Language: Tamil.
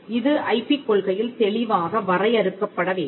இது ஐபி கொள்கையில் தெளிவாக வரையறுக்கப்பட வேண்டும்